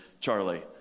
charlie